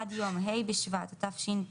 עד יום ה' בשבט תשפ"ב,